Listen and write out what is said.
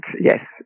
Yes